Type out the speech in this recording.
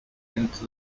into